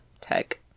Tech